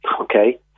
okay